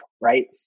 right